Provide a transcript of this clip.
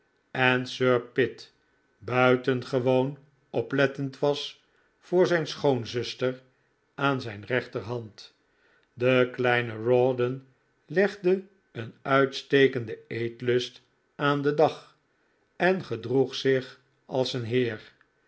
en sir pitt buitengewoon oplettend was voor zijn schoonzuster aan zijn rechterhand de kleine rawdon legde een uitstekenden eetlust aan den dag en gedroeg zich als een heer